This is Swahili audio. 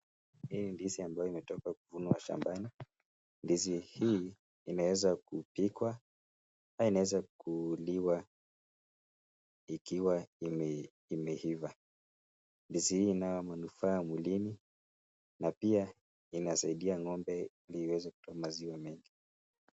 Hii ni ndizi ambayo imetoka kuvunwa shambani. Ndizi hii inaeza kupikwa ama inaeza kuliwa ikiwa imeiva. Ndizi hii inayo manufaa mwilini na pia inasaidia ng'ombe ndio iweze kutoa maziwa mengi.